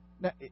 Now